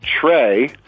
Trey